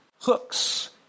hooks